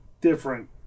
different